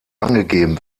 angegeben